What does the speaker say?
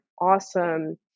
awesome